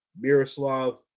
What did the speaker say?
Miroslav